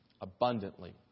Abundantly